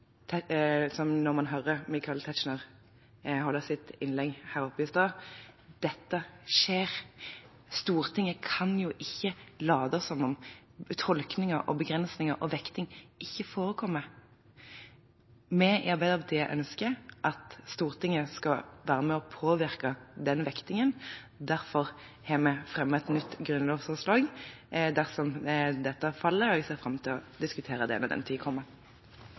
Når man hører Michael Tetzschner her i stad – dette skjer. Stortinget kan jo ikke late som om tolkninger, begrensninger og vekting ikke forekommer. Vi i Arbeiderpartiet ønsker at Stortinget skal være med og påvirke den vektingen. Derfor har vi fremmet et nytt grunnlovsforslag. Dersom dette faller, ser jeg fram til å diskutere det når den tid kommer.